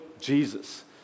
Jesus